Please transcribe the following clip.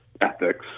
ethics